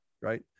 right